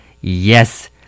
Yes